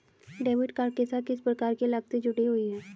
Debit card के साथ किस प्रकार की लागतें जुड़ी हुई हैं?